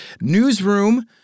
Newsroom